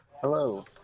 Hello